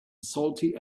salty